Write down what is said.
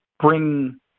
bring